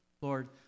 Lord